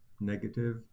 negative